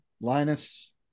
Linus